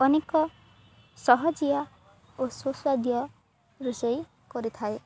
ଅନେକ ସହଜିଆ ଓ ସୁସ୍ୱାଦ ରୋଷେଇ କରିଥାଏ